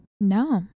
No